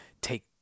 Take